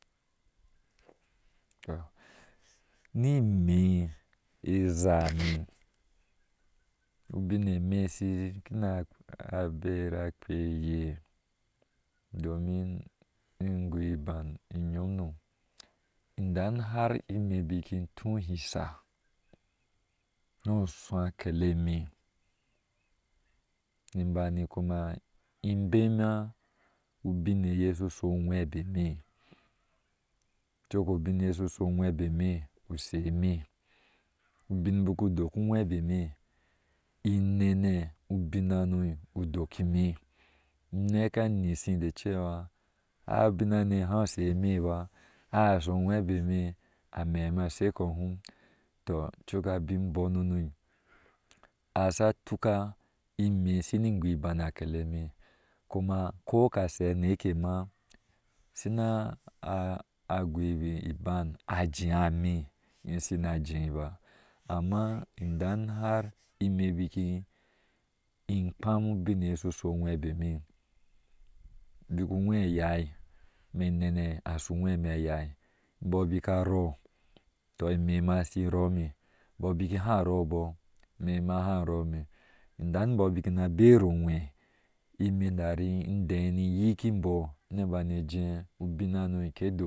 Tɔ ni ime izame ubin emeh sin inkina a bara a kpea eye domin ni ingo iban inyom no idan har in ime i bil in tú isa no asu a kele mehni bani kuma inbema ubin eye shu sho o webe me, coko bin eye shusho o webeme use emeh, ubin bik u dok uwebeme ina nene ubin hano u dakieme, in naka nisi decewa ai ubin hane haso emeba ha shu o webeme amee me a she kɔɔ hum, tɔ cok abin bɔɔno asha tuka ime sini go iban a keleme, kuma koga sai anekema sini goo iban ajee me sina jee ba, amma indan har imeh bik in kpen ubin aye su shu uwebeme bk uŋwe ayaa meh nene ashu uŋwe me ayaa bɔɔ bna a rɔɔ, to in e mi shin rome bɔɔ bik haa robɔɔ mema hahai roma indan imbɔɔ, bna ana bero nwe ime tari indee in yiki bɔɔ ne bane jee ubin hano ke dok